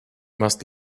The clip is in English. must